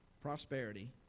prosperity